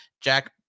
Jack